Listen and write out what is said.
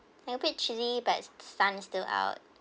like a bit chilly but sun is still out